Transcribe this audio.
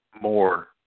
more